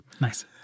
Nice